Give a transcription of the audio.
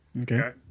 Okay